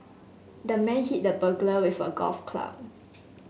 the man hit the burglar with a golf club